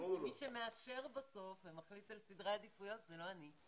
כי מי שמאשר בסוף ומחליט על סדרי עדיפויות זה לא אני.